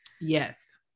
Yes